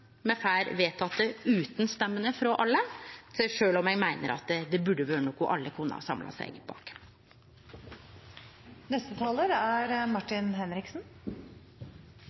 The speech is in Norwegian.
Me får vedteke det utan stemmene frå alle, sjølv om eg meiner det burde vere noko alle kunne samle seg